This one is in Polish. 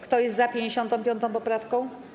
Kto jest za 55. poprawką?